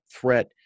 threat